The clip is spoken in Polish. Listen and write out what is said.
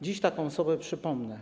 Dziś taką osobę przypomnę.